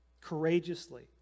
courageously